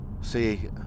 see